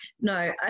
No